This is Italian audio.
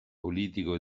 politico